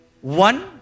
one